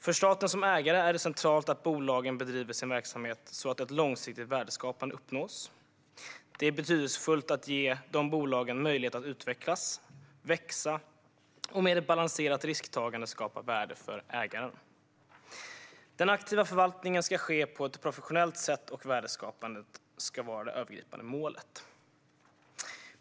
För staten som ägare är det centralt att bolagen bedriver sin verksamhet så att ett långsiktigt värdeskapande uppnås. Det är betydelsefullt att ge bolagen möjlighet att utvecklas och växa och att med ett balanserat risktagande skapa värde för ägaren. Den aktiva förvaltningen ska ske på ett professionellt sätt, och värdeskapande ska vara det övergripande målet.